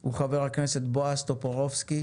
הוא חבר הכנסת בועז טופורובסקי,